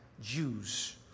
Jews